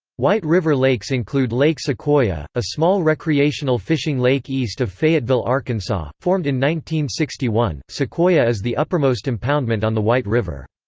white river lakes include lake sequoyah, a small recreational fishing lake east of fayetteville, arkansas, formed in one sixty one sequoyah is the uppermost impoundment on the white river.